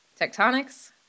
tectonics